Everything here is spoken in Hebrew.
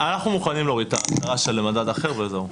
אנחנו מוכנים להוריד את ההגדרה של "מדד אחר" וזהו.